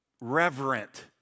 reverent